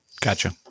Gotcha